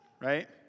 Right